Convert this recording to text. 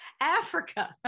Africa